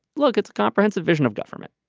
look it's comprehensive vision of government.